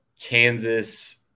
Kansas